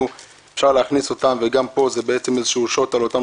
שאפשר להכניס אותן ויהיה פה גם איזשהו שוט על אותם